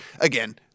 again